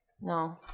No